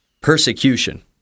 persecution